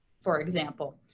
for example.